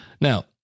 Now